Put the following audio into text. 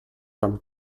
from